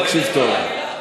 תקשיב טוב.